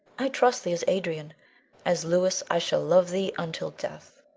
i trusted thee as adrian as louis i shall love thee until death.